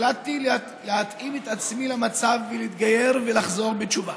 החלטתי להתאים את עצמי למצב ולהתגייר ולחזור בתשובה.